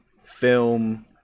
film